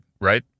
right